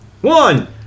one